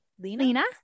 Lena